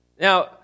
Now